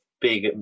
big